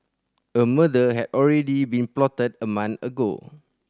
a murder had already been plotted a month ago